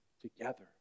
Together